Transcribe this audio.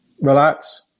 relax